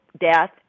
death